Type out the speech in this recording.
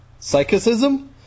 Psychicism